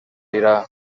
dirà